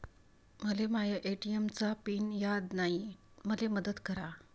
मले माया ए.टी.एम चा पिन याद नायी, मले मदत करा